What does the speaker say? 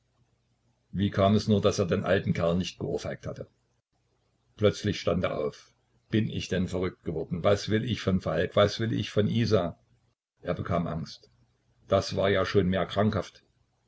wie kam es nur daß er den alten kerl nicht geohrfeigt hatte plötzlich stand er auf bin ich denn verrückt geworden was will ich von falk was will ich von isa er bekam angst das war ja schon mehr krankhaft